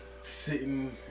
sitting